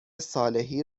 صالحی